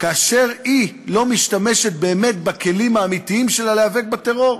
כאשר היא לא משתמשת באמת בכלים האמיתיים שלה להיאבק בטרור.